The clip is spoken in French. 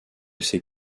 ses